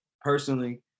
personally